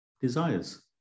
Desires